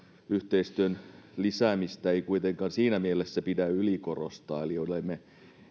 yhteistyön lisäämistä ei kuitenkaan siinä mielessä pidä ylikorostaa eli olemme